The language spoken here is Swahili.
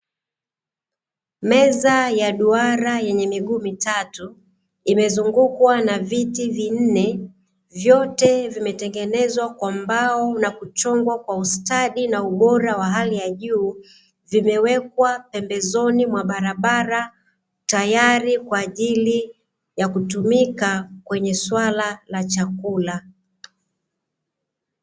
Meza ya duara yenye miguu mitatu imezungukwa na viti vinne vyote vimetengenezwa kwa mbao na kuchongwa kwa ustadi na ubora wa hali ya juu. Vimewekwa pembezoni mwa barabara tayari kwa ajili ya kutumika kwenye swala la chakula.